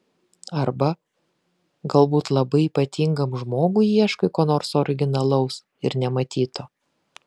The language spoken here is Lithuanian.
arba galbūt labai ypatingam žmogui ieškai ko nors originalaus ir nematyto